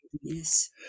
Yes